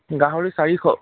গাহৰি চাৰিশ